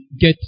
Get